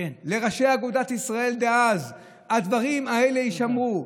לראשי אגודת ישראל דאז: הדברים האלה יישמרו.